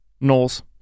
Knowles